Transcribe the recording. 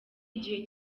igihe